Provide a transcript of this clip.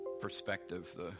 perspective